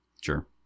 Sure